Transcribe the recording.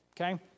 okay